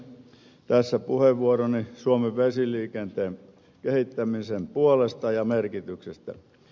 tässä puheenvuoroni suomen vesiliikenteen kehittämisen puolesta ja merkityksestä